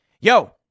Yo